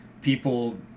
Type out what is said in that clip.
people